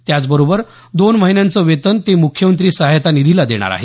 त्याचबरोबरम दोन महिन्यांचे वेतन ते मुख्यमंत्री सहायता निधीला देणार आहेत